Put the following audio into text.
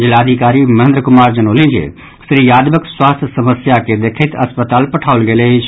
जिलाधिकारी महेन्द्र कुमार जनौलनि जे श्री यादवक स्वास्थ्य समस्या के देखैत अस्पताल पठाओल गेल अछि